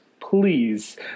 Please